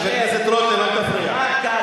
חבר הכנסת רותם, אל תפריע.